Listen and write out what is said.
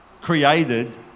created